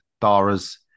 Dara's